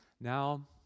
Now